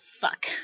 fuck